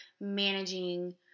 managing